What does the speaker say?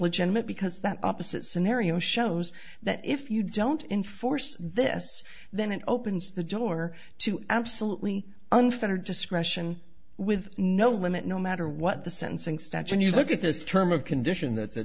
legitimate because that opposite scenario shows that if you don't enforce this then it opens the door to absolutely unfettered discretion with no limit no matter what the sentencing stats and you look at this term of condition that